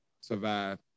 survive